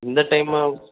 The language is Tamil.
இந்த டைமா